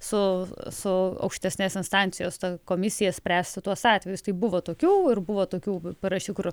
su su aukštesnės instancijos ta komisija spręsti tuos atvejus tai buvo tokių ir buvo tokių paraščių kur